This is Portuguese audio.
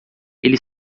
ele